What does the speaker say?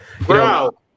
Bro